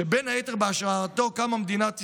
שבין היתר בהשראתו קמה מדינת ישראל,